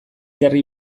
jarri